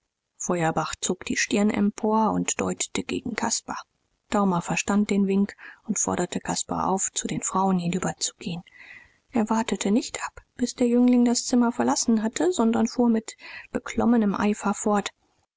feuerbach zog die stirn empor und deutete gegen caspar daumer verstand den wink und forderte caspar auf zu den frauen hinüberzugehen er wartete nicht ab bis der jüngling das zimmer verlassen hatte sondern fuhr mit beklommenem eifer fort